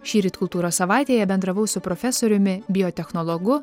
šįryt kultūros savaitėje bendravau su profesoriumi biotechnologu